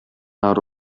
ары